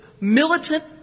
militant